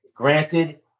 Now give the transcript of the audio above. Granted